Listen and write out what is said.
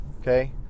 Okay